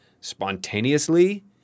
spontaneously